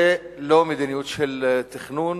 זה לא מדיניות של תכנון,